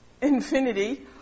infinity